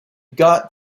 got